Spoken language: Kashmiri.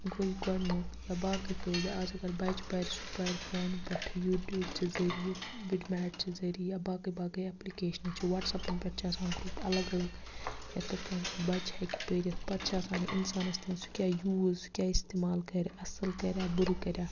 گوٚو یہِ گۄڈنیُک یا باقی فٲیدٕ آز اگر بَچہِ پَرِ سُہ پَرِ فونہٕ پٮ۪ٹھٕ یوٗٹیوٗبچہِ ذٔریعہِ وِڈمیٹچہِ ذٔریعہِ یا باقی باقی اٮ۪پلِکیشنہٕ چھِ وَٹسَپَن پٮ۪ٹھ چھِ آسان گرُپ اَلَگ اَلَگ یَتھ پٮ۪ٹھ کانٛہہ بَچہِ ہیٚکہِ پٔرِتھ پَتہٕ چھِ آسان یہِ اِنسانَس تام سُہ کیٛاہ یوٗز سُہ کیٛاہ اِستعمال کَرِ اَصٕل کَریٛا بُرٕ کَریٛا